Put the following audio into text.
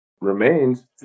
remains